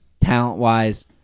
talent-wise